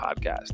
podcast